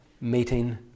meeting